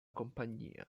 compagnia